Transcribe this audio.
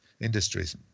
industries